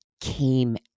came